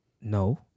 no